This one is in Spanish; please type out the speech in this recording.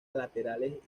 laterales